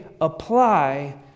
apply